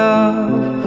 Love